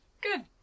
Good